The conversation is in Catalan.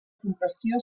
compressió